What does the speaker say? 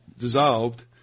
dissolved